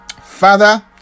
Father